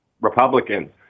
republicans